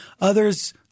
others